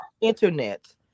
internet